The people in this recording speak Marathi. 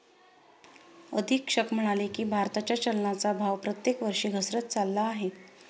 अधीक्षक म्हणाले की, भारताच्या चलनाचा भाव प्रत्येक वर्षी घसरत चालला आहे